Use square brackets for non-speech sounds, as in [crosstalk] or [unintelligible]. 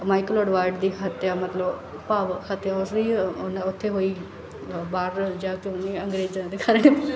Michael ਐਡਵਾਈਡ ਦੀ ਹੱਤਿਆ ਮਤਲਬ ਭਾਵ ਹੱਤਿਆ ਉਸਦੀ [unintelligible] ਉੱਥੇ ਹੋਈ ਬਾਹਰ ਜਾ ਕੇ ਉਹਨੀ ਅੰਗਰੇਜ਼ਾਂ ਦੇ ਘਰ